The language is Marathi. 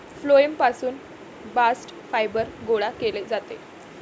फ्लोएम पासून बास्ट फायबर गोळा केले जाते